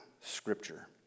scripture